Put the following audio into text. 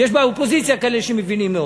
ויש באופוזיציה כאלה שמבינים מאוד.